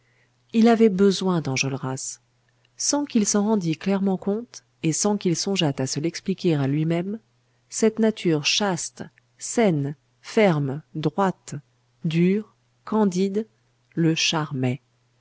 il avait besoin d'enjolras sans qu'il s'en rendît clairement compte et sans qu'il songeât à se l'expliquer à lui-même cette nature chaste saine ferme droite dure candide le charmait